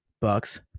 bucks